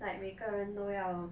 like 每个人都要